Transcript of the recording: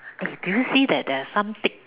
eh do you see that there are some tick